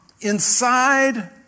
inside